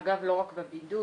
אגב, לא רק בבידוד.